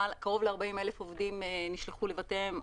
קרוב ל-40,000 עובדים נשלחו לבתיהם,